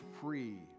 free